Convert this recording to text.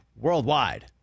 Worldwide